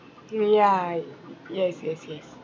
mm yeah y~ yes yes yes